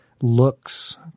looks